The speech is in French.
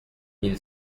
mille